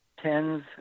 tens